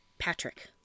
Patrick